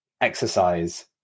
exercise